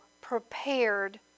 prepared